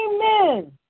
Amen